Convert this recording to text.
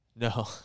No